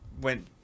went